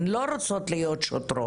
הן לא רוצות להיות שוטרות,